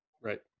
Right